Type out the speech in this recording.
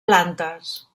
plantes